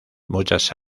muchas